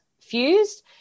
fused